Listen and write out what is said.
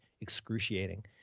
excruciating